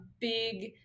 big